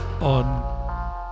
on